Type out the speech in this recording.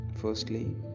Firstly